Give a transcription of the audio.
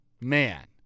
man